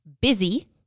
busy